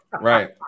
Right